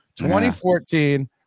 2014